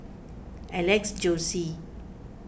Alex Josey